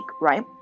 right